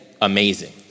amazing